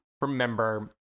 remember